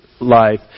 life